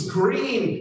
green